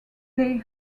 they